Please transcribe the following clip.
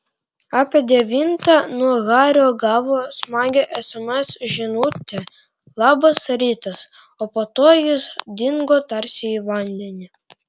apie devintą nuo hario gavo smagią sms žinutę labas rytas o po to jis dingo tarsi į vandenį